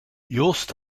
joost